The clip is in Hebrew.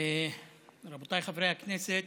רבותיי חברי הכנסת,